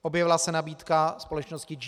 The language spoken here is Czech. Objevila se nabídka společnosti GNT.